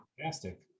fantastic